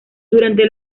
durante